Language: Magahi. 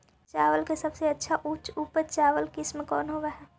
चावल के सबसे अच्छा उच्च उपज चावल किस्म कौन होव हई?